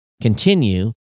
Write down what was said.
continue